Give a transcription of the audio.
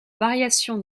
variation